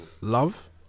love